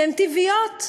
שהן טבעיות,